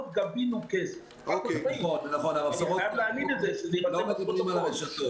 הם שומעים מה שאנחנו אומרים,